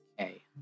Okay